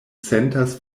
sentas